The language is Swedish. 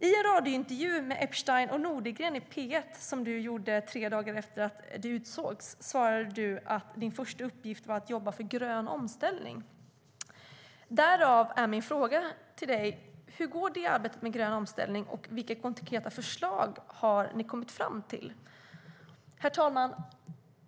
I en radiointervju med Nordegren & Epstein i P1, som du, Kristina Persson, gjorde tre dagar efter att du utsågs, svarade du att din första uppgift var att jobba för grön omställning. Då är min fråga: Hur går detta arbete med grön omställning, och vilka konkreta förslag har ni kommit fram till?